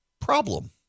problem